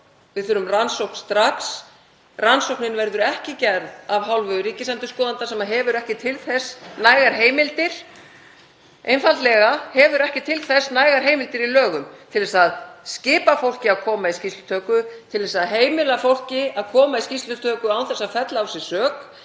við þurfum rannsókn strax. Rannsóknin verður ekki gerð af hálfu ríkisendurskoðanda sem hefur einfaldlega ekki til þess nægar heimildir í lögum að skipa fólki að koma í skýrslutöku, til að heimila fólki að koma í skýrslutöku án þess að fella á sig sök,